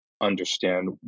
understand